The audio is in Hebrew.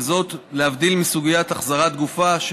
וזאת להבדיל מסוגיית החזרת גופה,